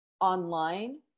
online